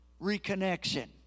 reconnection